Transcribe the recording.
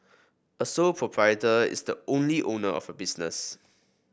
a sole proprietor is the only owner of a business